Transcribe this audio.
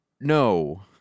no